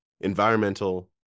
environmental